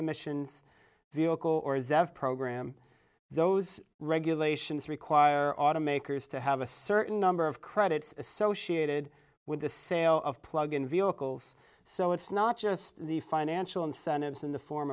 emission vehicle or zev program those regulations require automakers to have a certain number of credits associated with the sale of plug in vehicles so it's not just the financial incentives in the form